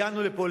הגענו לפה,